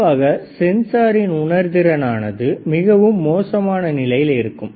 பொதுவாக சென்சாரின் உணர்திறன் ஆனது மிகவும் மோசமான நிலையில் இருக்கும்